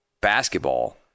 basketball